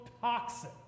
toxic